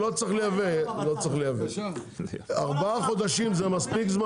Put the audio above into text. לא צריך לייבא, ארבעה חודשים זה מספיק זמן.